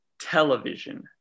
television